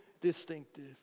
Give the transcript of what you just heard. distinctive